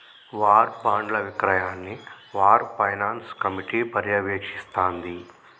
war బాండ్ల విక్రయాన్ని war finance committee పర్యవేక్షిస్తాంది